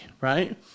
right